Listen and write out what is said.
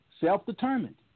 self-determined